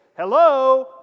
Hello